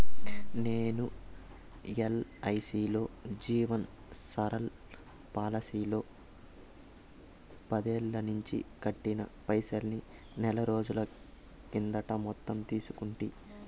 నేను ఎల్ఐసీలో జీవన్ సరల్ పోలసీలో పదేల్లనించి కట్టిన పైసల్ని నెలరోజుల కిందట మొత్తం తీసేసుకుంటి